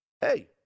hey